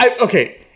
Okay